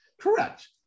Correct